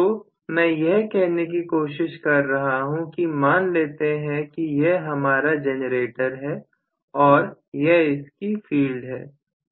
तो मैं यह कहने की कोशिश कर रहा हूं कि मान लेते हैं कि यह हमारा जनरेटर है और यह इसकी फील्ड है